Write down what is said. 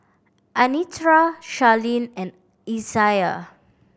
Anitra Charline and Isaiah